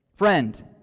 Friend